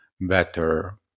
better